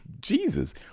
Jesus